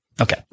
Okay